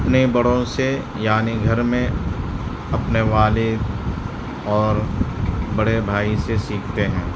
اپنے بڑوں سے یعنی گھر میں اپنے والد اور بڑے بھائی سے سیکھتے ہیں